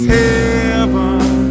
heaven